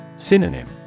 Synonym